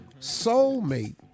Soulmate